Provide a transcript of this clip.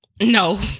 No